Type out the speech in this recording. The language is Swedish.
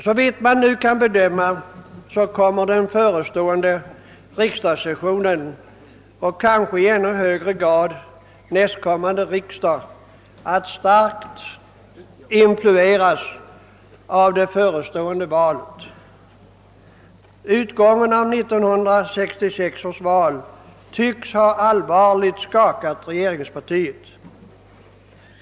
Såvitt man nu kan bedöma kommer den förestående riksdagssessionen och kanske i ännu högre grad nästkommande riksdag att starkt influeras av det förestående valet. Utgången av 1966 års val tycks ha allvarligt skakat regeringspartiet.